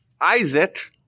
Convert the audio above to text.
Isaac